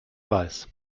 weiß